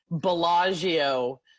Bellagio